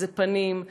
פנים,